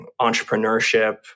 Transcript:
entrepreneurship